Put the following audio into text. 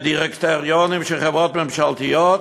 בדירקטוריונים של חברות ממשלתיות?